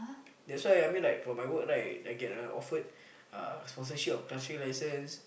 that's why I mean like for my work right I get a offered uh sponsorship of class three license